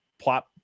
plot